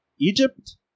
Egypt